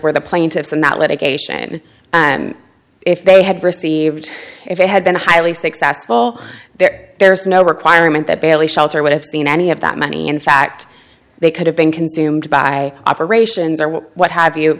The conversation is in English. were the plaintiffs in that litigation and if they had received if they had been highly successful there there's no requirement that bailey shelter would have seen any of that money in fact they could have been consumed by operations or what have you